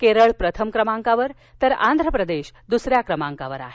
केरळ प्रथम क्रमांकावर तर आंध्रप्रदेश दूसऱ्या क्रमांकावर आहे